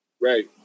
Right